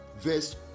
verse